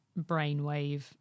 brainwave